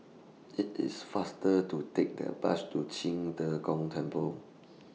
IT IS faster to Take their Bus to Qing De Gong Temple